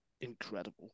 incredible